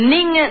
Ning